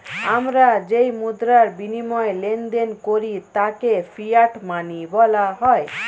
আমরা যেই মুদ্রার বিনিময়ে লেনদেন করি তাকে ফিয়াট মানি বলা হয়